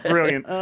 Brilliant